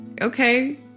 Okay